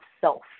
self